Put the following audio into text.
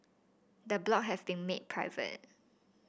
the blog has been made private